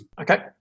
Okay